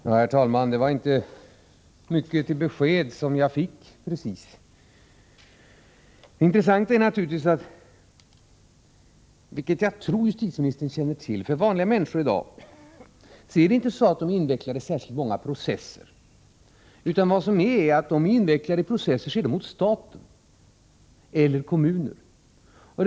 Herr talman! Det var inte mycket till besked som jag fick, precis. Det intressanta är naturligtvis — vilket jag tror att justitieministern känner till— att vanliga människor i dag inte är invecklade i särskilt många processer, utan om de är invecklade i processer så gäller det mot staten eller mot kommunerna.